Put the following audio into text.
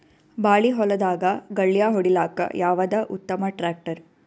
ಬಾಳಿ ಹೊಲದಾಗ ಗಳ್ಯಾ ಹೊಡಿಲಾಕ್ಕ ಯಾವದ ಉತ್ತಮ ಟ್ಯಾಕ್ಟರ್?